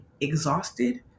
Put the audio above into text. exhausted